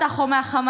מפתח או חמאס,